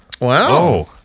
Wow